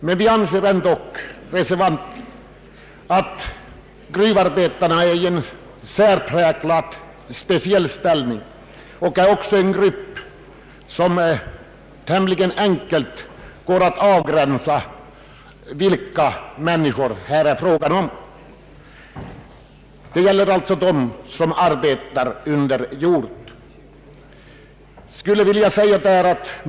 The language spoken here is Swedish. Men vi anser ändå att gruvarbetarna har en speciellt särpräglad ställning. De utgör också en grupp som tämligen enkelt kan avgränsas från andra arbetarkategorier. Det rör sig alltså om dem som arbetar under jord.